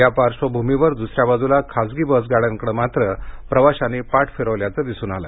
या पार्श्वभूमीवर द्सऱ्या बाजूला खासगी बस गाड्यांकडे मात्र प्रवाशांनी पाठ फिरवल्याचं चित्र दिसून आलं